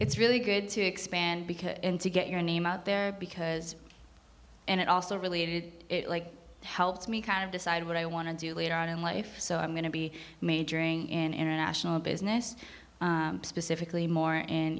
it's really good to expand because and to get your name out there because and it also related it like helped me kind of decide what i want to do later on in life so i'm going to be majoring in international business specifically more in